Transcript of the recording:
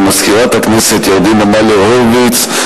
למזכירת הכנסת ירדנה מלר-הורוביץ,